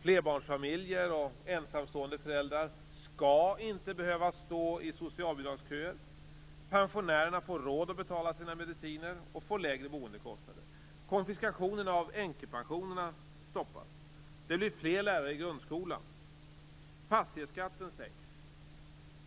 Flerbarnsfamiljer och ensamstående föräldrar skall inte behöva stå i socialbidragsköer. Pensionärerna får råd att betala sina mediciner och får lägre boendekostnader. Konfiskationen av änkepensionerna stoppas. Det blir fler lärare i grundskolan. Fastighetsskatten sänks.